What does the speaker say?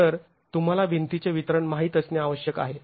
तर तुम्हाला भिंतीचे वितरण माहीत असणे आवश्यक आहे